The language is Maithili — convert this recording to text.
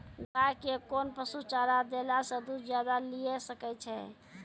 गाय के कोंन पसुचारा देला से दूध ज्यादा लिये सकय छियै?